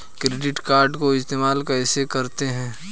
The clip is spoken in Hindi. क्रेडिट कार्ड को इस्तेमाल कैसे करते हैं?